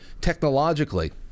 technologically